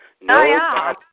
no